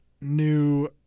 new